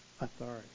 authority